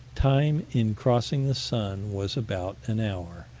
time in crossing the sun was about an hour.